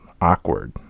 Awkward